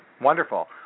Wonderful